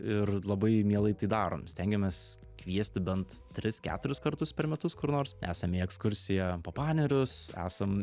ir labai mielai tai darom stengiamės kviesti bent tris keturis kartus per metus kur nors esam į ekskursiją po panerius esam